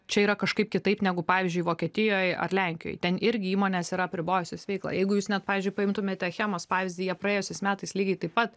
čia yra kažkaip kitaip negu pavyzdžiui vokietijoj ar lenkijoj ten irgi įmonės yra apribojusios veiklą jeigu jūs net pavyzdžiui paimtumėte achemos pavyzdį jie praėjusiais metais lygiai taip pat